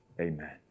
amen